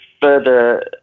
further